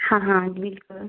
हाँ हाँ बिल्कुल